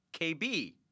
KB